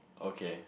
okay